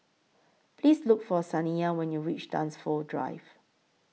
Please Look For Saniyah when YOU REACH Dunsfold Drive